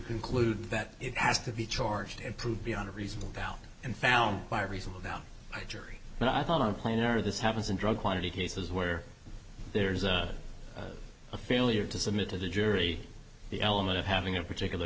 conclude that it has to be charged and proved beyond a reasonable doubt and found by reasonable doubt by jury and i thought on planar this happens in drug quantity cases where there is a failure to submit to the jury the element of having a particular